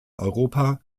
europa